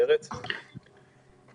פרץ שנורא מבקש לדבר.